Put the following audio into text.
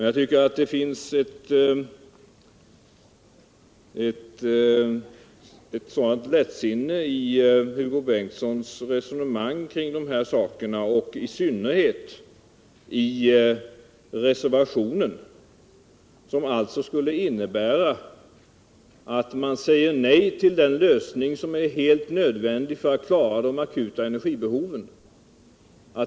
Jag tycker det finns ett lättsinne i Hugo Bengtssons resonemang kring dessa saker, i synnerhet i reser 181 vationen, som skulle innebära att man säger nej till den lösning som är helt nödvändig för att klara de akuta energibehoven.